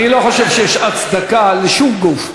אני לא חושב שיש הצדקה לשום גוף,